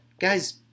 Guys